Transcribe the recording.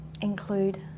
include